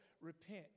Repent